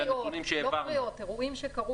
לא קריאות, אירועים שקרו